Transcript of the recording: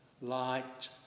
light